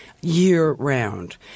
year-round